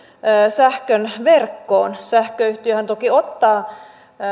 sähkön verkkoon sähköyhtiöhän toki ottaa